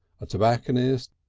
a tobacconist,